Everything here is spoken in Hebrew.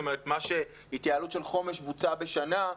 זאת אומרת שהתייעלות של חומש בוצעה בשנה,